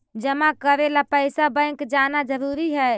जमा करे ला पैसा बैंक जाना जरूरी है?